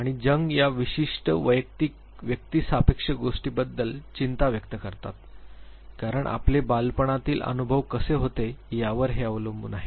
आणि जंग या विशिष्ट वैयक्तिक व्यक्तीसापेक्ष गोष्टीबद्दल चिंता व्यक्त करतात कारण आपले बालपणातील अनुभव कसे होते यावर हे अवलंबून आहे